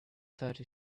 thirty